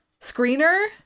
screener